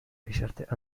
بشرط